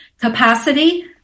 capacity